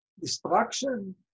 Destruction